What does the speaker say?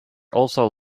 also